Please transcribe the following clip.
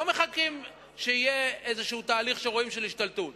לא מחכים שיהיה איזה תהליך של השתלטות שרואים.